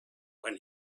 when